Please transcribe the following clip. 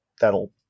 that'll